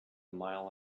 mile